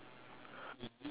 K some more